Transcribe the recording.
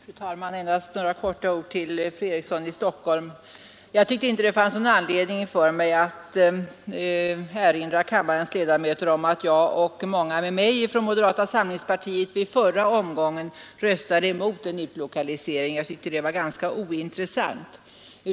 Fru talman! Jag vill till fru Eriksson i Stockholm endast säga några ord i all korthet. Jag tyckte inte att det fanns anledning för mig att erinra kammarens ledamöter om att jag och många med mig ifrån moderata samlingspartiet i förra omgången röstade emot en utlokalisering. Jag tyckte att det var ganska ointressant.